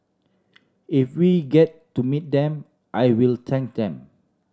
if we get to meet them I will thank them